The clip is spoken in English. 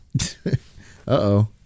Uh-oh